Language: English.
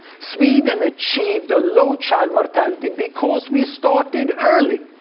sweden achieved a low child mortality because we started early.